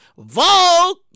Vogue